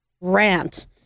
rant